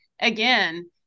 again